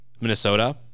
Minnesota